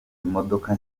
imodoka